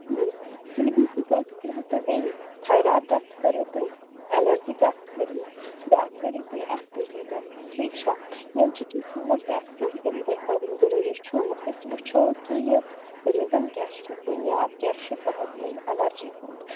C B C تۄہہِ بیٚیہِ thyroid test کٔرِو تُہۍ اٮ۪لَرجی ٹٮ۪سٹ کٔرِو بیٛاکھ کٔرِو تُہۍ اٮ۪س پی ٹی ٹٮ۪سٹ ٹھیٖک چھا یِم چھِ کیٚنٛہہ ژور ٹٮ۪سٹ یِم تۄہہِ کَرٕنۍ ضٔروٗری چھُو أسۍ وٕچھو کہِ یہِ ریٖزَن کیٛاہ چھِ یہِ بُنیاد کیٛاہ چھِ تٕہٕنٛز أمۍ اٮ۪لَرجی ہُنٛد